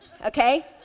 okay